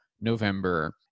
November